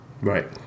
right